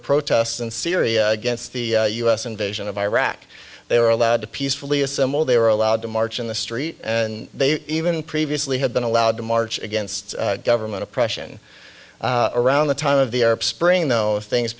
protests in syria against the us invasion of iraq they were allowed to peacefully assemble they were allowed to march in the street and they even previously had been allowed to march against government oppression around the time of the arab spring though if things